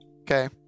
Okay